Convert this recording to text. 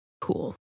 Cool